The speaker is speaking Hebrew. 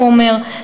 הוא אומר,